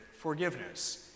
forgiveness